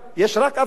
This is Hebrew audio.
יש רק אבטלה?